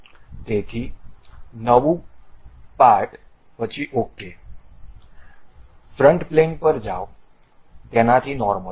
તેથી નવું પાર્ટ પછી OK ફ્રન્ટ પ્લેન પર જાઓ તેનાથી નોર્મલ